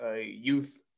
youth